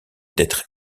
d’être